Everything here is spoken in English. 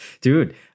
Dude